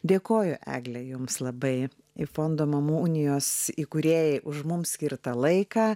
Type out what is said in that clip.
dėkojo eglę jums labai į fondo mamų unijos įkūrėjai už mums skirtą laiką